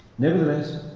nevertheless,